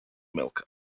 milk